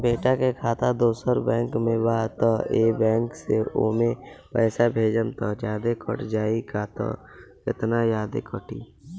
बेटा के खाता दोसर बैंक में बा त ए बैंक से ओमे पैसा भेजम त जादे कट जायी का त केतना जादे कटी?